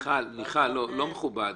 מיכל, לא מכובד.